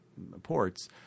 ports